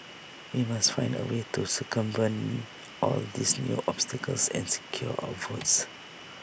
we must find A way to circumvent all these new obstacles and secure our votes